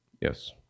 Yes